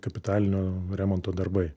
kapitalinio remonto darbai